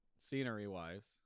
Scenery-wise